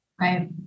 Right